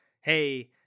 hey